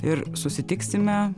ir susitiksime